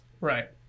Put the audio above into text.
Right